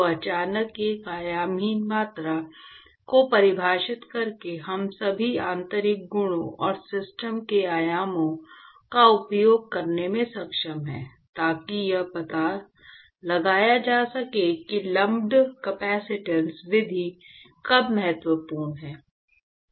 तो अचानक एक आयामहीन मात्रा को परिभाषित करके हम सभी आंतरिक गुणों और सिस्टम के आयामों का उपयोग करने में सक्षम हैं ताकि यह पता लगाया जा सके कि लम्पड कपसिटंस विधि कब महत्वपूर्ण है